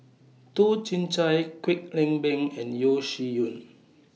Toh Chin Chye Kwek Leng Beng and Yeo Shih Yun